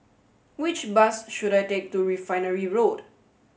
which bus should I take to Refinery Road